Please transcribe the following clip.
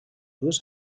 dues